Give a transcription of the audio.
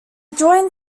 joined